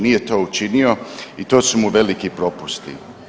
Nije to učinio i to su mu veliki propusti.